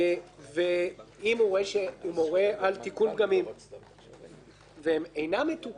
ואם הוא רואה שהוא מורה על תיקון והם אינם מתוקנים,